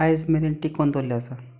आयज मेरेन टिकोवन दवरिल्लें आसा